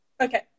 Okay